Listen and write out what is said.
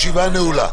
הישיבה נעולה.